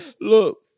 Look